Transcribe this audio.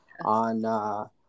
on